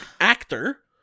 actor